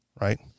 right